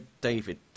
David